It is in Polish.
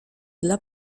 dla